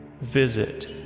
Visit